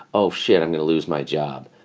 oh, shit. i'm going to lose my job.